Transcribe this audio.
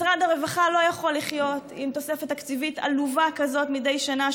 משרד הרווחה לא יכול לחיות עם תוספת תקציבית עלובה כזאת מדי שנה,